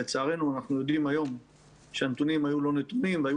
לצערנו אנחנו יודעים היום שהנתונים היו לא נתונים והיו